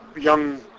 young